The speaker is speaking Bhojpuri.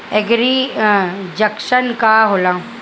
एगरी जंकशन का होला?